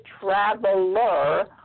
traveler